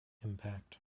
impact